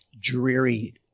dreary